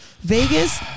Vegas